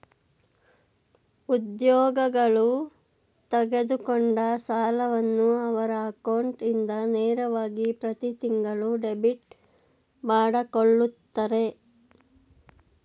ಉದ್ಯೋಗಗಳು ತೆಗೆದುಕೊಂಡ ಸಾಲವನ್ನು ಅವರ ಅಕೌಂಟ್ ಇಂದ ನೇರವಾಗಿ ಪ್ರತಿತಿಂಗಳು ಡೆಬಿಟ್ ಮಾಡಕೊಳ್ಳುತ್ತರೆ